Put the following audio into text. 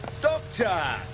Doctor